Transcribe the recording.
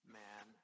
man